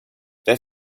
their